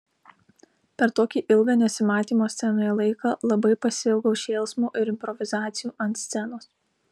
per tokį ilgą nesimatymo scenoje laiką labai pasiilgau šėlsmo ir improvizacijų ant scenos